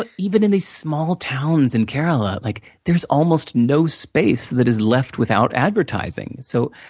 but even in these small towns in karalla, like there is almost no space that is left without advertising. so,